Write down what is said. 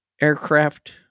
aircraft